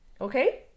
Okay